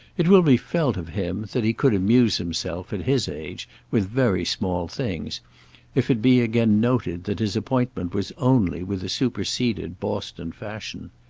it will be felt of him that he could amuse himself, at his age, with very small things if it be again noted that his appointment was only with a superseded boston fashion.